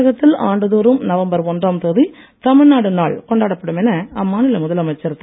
தமிழகத்தில் ஆண்டுதோறும் நவம்பர் ஒன்றாம் தேதி தமிழ்நாடு நாள் கொண்டாடப்படும் என அம்மாநில முதலமைச்சர் திரு